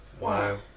Wow